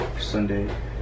Sunday